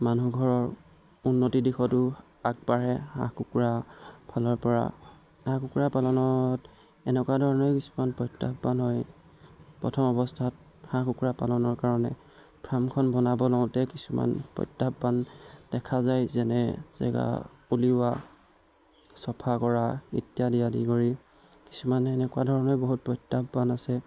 মানুহ ঘৰৰ উন্নতিৰ দিশতো আগবাঢ়ে হাঁহ কুকুৰা ফালৰ পৰা হাঁহ কুকুৰা পালনত এনেকুৱা ধৰণৰে কিছুমান প্ৰত্যাহ্বান হয় প্ৰথম অৱস্থাত হাঁহ কুকুৰা পালনৰ কাৰণে ফ্ৰামখন বনাব লওঁতে কিছুমান প্ৰত্যাহ্বান দেখা যায় যেনে জেগা উলিওৱা চফা কৰা ইত্যাদি আদি কৰি কিছুমান এনেকুৱা ধৰণে বহুত প্ৰত্যাহ্বান আছে